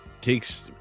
takes